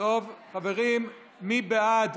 מי בעד?